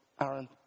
Aaron